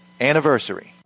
anniversary